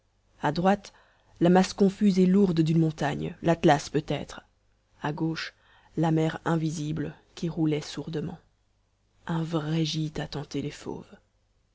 a droite la masse confuse et lourde d'une page montagne l'atlas peut-être a gauche la mer invisible qui roulait sourdement un vrai gîte à tenter les fauves